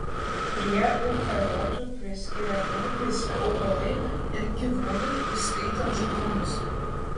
prie eukariotų priskiriami visi augalai ir gyvūnai įskaitant žmones